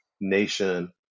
nation